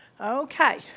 Okay